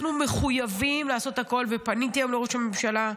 אנחנו מחויבים לעשות הכול, ופניתי גם לראש הממשלה.